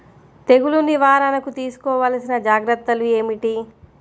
తెగులు నివారణకు తీసుకోవలసిన జాగ్రత్తలు ఏమిటీ?